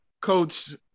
coach